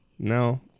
No